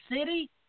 city